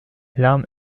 l’arme